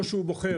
או שהוא בוחר